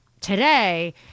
today